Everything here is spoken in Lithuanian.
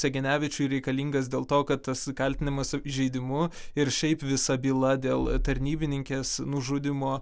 segenevičiui reikalingas dėl to kad tas kaltinimas įžeidimu ir šiaip visa byla dėl tarnybininkės nužudymo